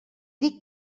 dic